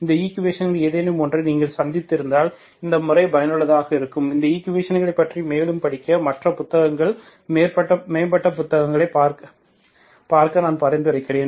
இந்த ஈக்குவேஷன்களில் ஏதேனும் ஒன்றை நீங்கள் சந்தித்திருந்தால் இந்த முறைகள் பயனுள்ளதாக இருக்கும் இந்த ஈக்குவேஷன்களைப் பற்றி மேலும் படிக்க மற்ற புத்தகங்கள் மேம்பட்ட புத்தகங்களைப் பார்க்க நான் பரிந்துரைக்கிறேன்